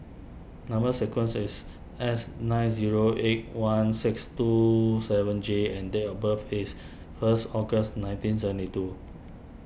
Number Sequence is S nine zero eight one six two seven J and date of birth is first August nineteen seventy two